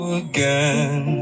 again